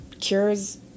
cures